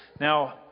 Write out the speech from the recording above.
Now